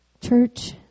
church